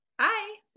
Hi